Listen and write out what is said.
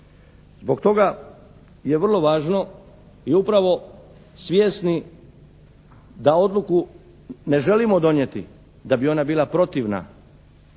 Zbog toga je vrlo važno i upravo svjesni da odluku ne želimo donijeti da bi ona bila protivna